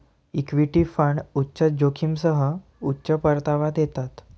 equity fund उच्च जोखमीसह उच्च परतावा देतात